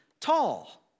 tall